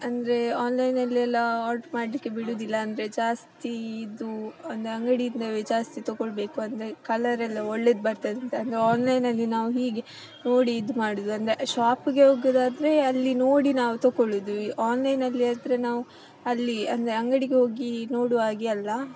ಅಂದರೆ ಆನ್ಲೈನ್ನಲ್ಲಿ ಎಲ್ಲ ಆರ್ಡ್ರ್ ಮಾಡಲಿಕ್ಕೆ ಬಿಡೋದಿಲ್ಲ ಅಂದರೆ ಜಾಸ್ತಿ ಇದು ಅಂದ್ರೆ ಅಂಗಡಿಯಿಂದವೇ ಜಾಸ್ತಿ ತೊಗೊಳ್ಬೇಕು ಅಂದರೆ ಕಲರೆಲ್ಲ ಒಳ್ಳೇದು ಬರ್ತದೆ ಅಂತ ಅಂದರೆ ಆನ್ಲೈನಲ್ಲಿ ನಾವು ಹೀಗೆ ನೋಡಿ ಇದು ಮಾಡೋದು ಅಂದರೆ ಶಾಪ್ಗೆ ಹೋಗೋದಾದರೆ ಅಲ್ಲಿ ನೋಡಿ ನಾವು ತಗೊಳ್ಳೋದು ಆನ್ಲೈನಲ್ಲಿ ಆದರೆ ನಾವು ಅಲ್ಲಿ ಅಂದರೆ ಅಂಗಡಿಗೆ ಹೋಗಿ ನೋಡುವ ಹಾಗೆ ಅಲ್ಲ